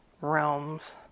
realms